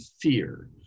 fear